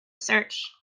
search